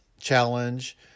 challenge